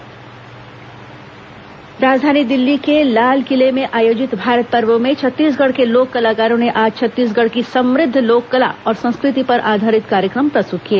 भारत पर्व छत्तीसगढ राजधानी दिल्ली के लालकिले में आयोजित भारत पर्व में छत्तीसगढ़ के लोक कलाकारों ने आज छत्तीसगढ़ की समुद्ध लोक कला और संस्कृति पर आधारित कार्यक्रम प्रस्तुत किए